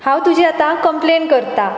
हांव तुजी आतां कंप्लेंट करतां